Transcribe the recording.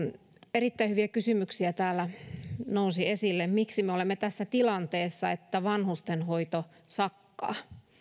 erittäin hyviä kysymyksiä täällä nousi esille miksi me olemme tässä tilanteessa että vanhustenhoito sakkaa